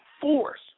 force